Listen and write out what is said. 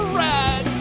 red